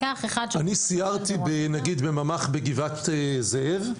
אני סיירתי בממ"ח בגבעת זאב.